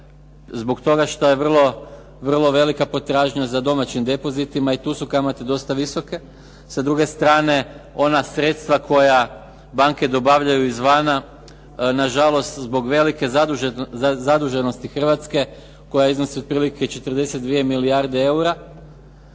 zbog toga što je vrlo velika potražnja za domaćim depozitima i tu su kamate dosta visoke, s druge strane ona sredstva koja banke dobavljaju izvana nažalost zbog velike zaduženosti Hrvatske koja iznosi otprilike 42 milijarde eura,